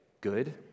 good